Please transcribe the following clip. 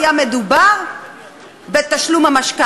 אם היה מדובר בכך.